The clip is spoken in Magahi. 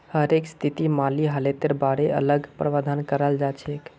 हरेक स्थितित माली हालतेर बारे अलग प्रावधान कराल जाछेक